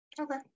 Okay